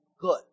good